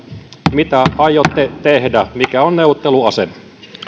mitä aiotte tehdä mikä on neuvotteluasema